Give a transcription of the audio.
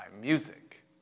music